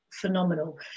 phenomenal